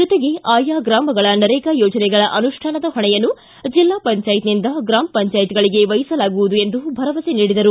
ಜೊತೆಗೆ ಆಯಾ ಗ್ರಾಮಗಳ ನರೇಗಾ ಯೋಜನೆಗಳ ಅನುಷ್ಠಾನದ ಹೊಣೆಯನ್ನು ಜಿಲ್ಲಾ ಪಂಚಾಯತ್ನಿಂದ ಗ್ರಾಮ ಪಂಚಾಯತ್ಗಳಿಗೆ ವಹಿಸಲಾಗುವುದು ಎಂದು ಭರವಸೆ ನೀಡಿದರು